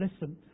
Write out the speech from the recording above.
listen